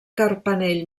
carpanell